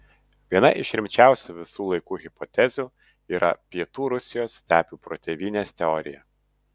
viena iš rimčiausių visų laikų hipotezių yra pietų rusijos stepių protėvynės teorija